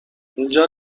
اینجا